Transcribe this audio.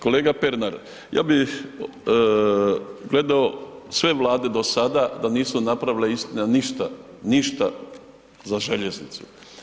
Kolega Pernar, ja bih gledao sve Vlade do sada da nisu napravile, istina, ništa, ništa za željeznicu.